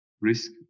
risk